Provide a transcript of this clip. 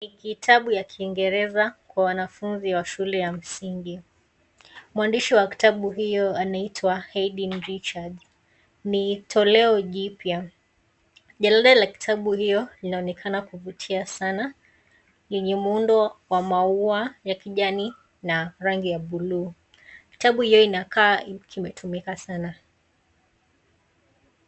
Ni kitabu ya kingereza kwa wanafunzi wa shule ya msingi. Mwandishi wa kitabu hicho anaitwa Eiden Richards. Ni toleo jipya. Jalada la kitabu hiyo linaonekana kuvutia sana yenye muundo wa maua ya kijani na rangi ya buluu. Kitabu hiyo inakaa kimetumika sana.